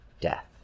death